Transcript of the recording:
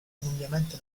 indubbiamente